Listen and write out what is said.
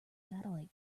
satellite